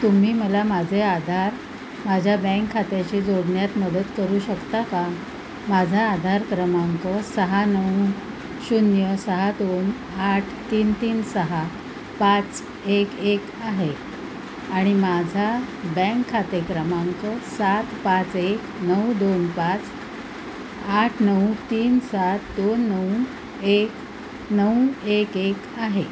तुम्ही मला माझे आधार माझ्या बँक खात्याशी जोडण्यात मदत करू शकता का माझा आधार क्रमांक सहा नऊ शून्य सहा दोन आठ तीन तीन सहा पाच एक एक आहे आणि माझा बँक खाते क्रमांक सात पाच एक नऊ दोन पाच आठ नऊ तीन सात दोन नऊ एक नऊ एक एक आहे